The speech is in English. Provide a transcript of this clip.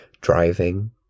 driving